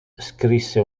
scrisse